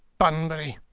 bunbury!